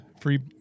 free